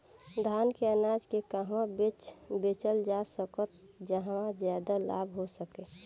धान के अनाज के कहवा बेचल जा सकता जहाँ ज्यादा लाभ हो सके?